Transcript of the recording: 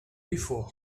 before